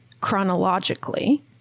chronologically